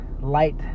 light